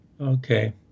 Okay